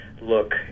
look